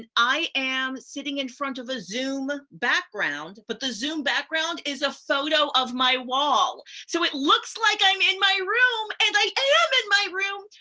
and i am sitting in front of a zoom background, but the zoom background is a photo of my wall. so it looks like i'm in my room, and i am in my room.